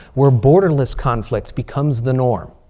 where borderless conflict becomes the norm.